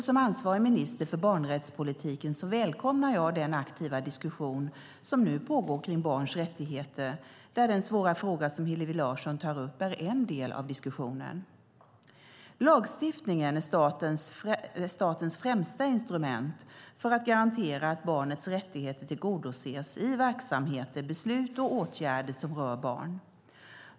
Som ansvarig minister för barnrättspolitiken välkomnar jag den aktiva diskussion som nu pågår kring barns rättigheter, där den svåra fråga som Hillevi Larsson tar upp är en del av diskussionen. Lagstiftningen är statens främsta instrument för att garantera att barnets rättigheter tillgodoses i verksamheter, beslut och åtgärder som rör barn.